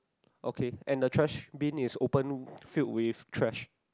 okay and the trash bin is open filled with trash